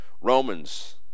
Romans